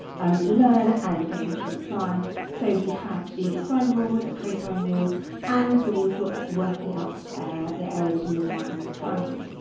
um learn and be able to apply so we have the sine rule with the cosine rule and the rule for working out the area of and my angle triangle,